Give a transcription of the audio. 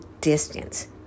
distance